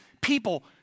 people